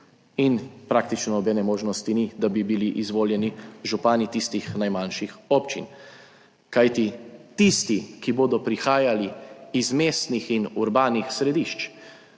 in praktično nobene možnosti ni, da bi bili izvoljeni župani tistih najmanjših občin. Kajti tisti, ki bodo prihajali iz mestnih in urbanih središč,